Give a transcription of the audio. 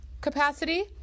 capacity